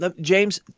James